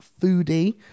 foodie